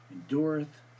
endureth